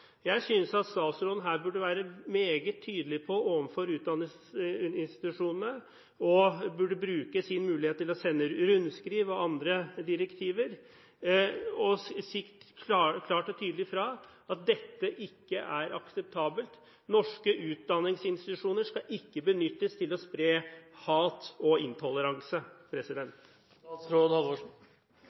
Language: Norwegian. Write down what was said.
Jeg synes at statsråden her burde være meget tydelig overfor utdanningsinstitusjonene, bruke sin mulighet til å sende rundskriv og andre direktiver og si klart og tydelig fra at dette ikke er akseptabelt. Norske utdanningsinstitusjoner skal ikke benyttes til å spre hat og intoleranse.